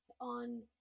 on